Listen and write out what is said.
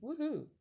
woohoo